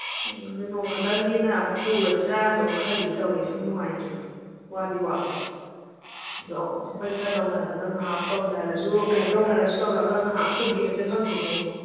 ꯎꯝ ꯑꯗꯨ ꯅꯣꯡꯃ ꯈꯛꯇꯅꯤꯅ ꯑꯃꯨꯛ ꯄꯨꯔꯁꯤꯔꯥꯅꯁꯨ ꯈꯜꯂꯤꯕ ꯇꯧꯔꯤꯁꯦ ꯑꯃꯨꯛ ꯅꯨꯡꯉꯥꯏꯇ꯭ꯔꯤꯕ ꯋꯥꯗꯤ ꯋꯥꯕ ꯑꯗꯣ ꯑꯩꯈꯣꯏ ꯈꯔ ꯇꯧꯅꯔꯒ ꯉꯍꯥꯛ ꯄꯝꯅꯔꯁꯨ ꯀꯩꯅꯣ ꯇꯧꯅꯔꯁꯨ ꯇꯧꯔꯒ ꯉꯍꯥꯛ ꯄꯨꯕꯤꯔꯁꯤꯔ ꯈꯪꯗꯦꯅꯦ ꯑꯩꯕꯣ